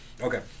Okay